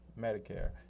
medicare